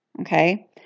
Okay